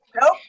nope